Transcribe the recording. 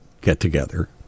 get-together